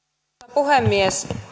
puhemies